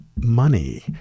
money